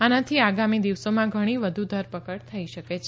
આનાથી આગામી દિવસોમાં ઘણી વધુ ધરપકડ થઈ શકે છે